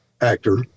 actor